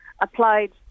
applied